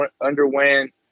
underwent